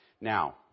Now